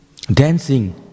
Dancing